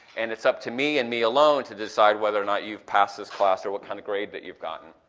and its up to me and me alone to decide whether or not you've passed this class or what kind of grade that you've gotten.